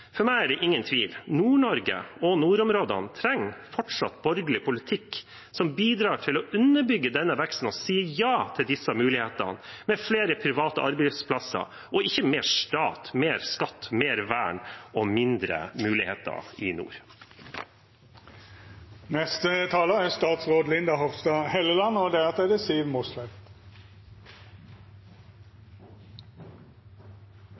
For meg er det ingen tvil. Nord-Norge og nordområdene trenger fortsatt en borgerlig politikk som bidrar til å underbygge denne veksten og si ja til disse mulighetene, med flere private arbeidsplasser og ikke mer stat, mer skatt, mer vern og mindre muligheter i nord. Jeg får spørsmål om de konkrete satsingene vi gjør på Nord-Norge og